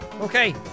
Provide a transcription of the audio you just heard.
Okay